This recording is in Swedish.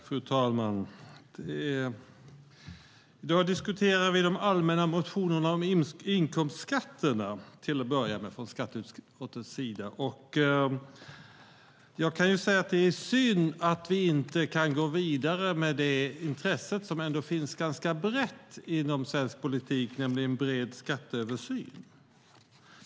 Fru talman! I dag diskuterar vi från skatteutskottets sida till att börja med de allmänna motionerna om inkomstskatterna. Jag kan säga att det är synd att vi inte kan gå vidare med det intresse som ändå finns ganska brett inom svensk politik för en bred skatteöversyn.